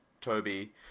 Toby